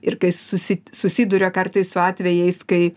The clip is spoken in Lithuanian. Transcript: ir kai susi susiduria kartais su atvejais kai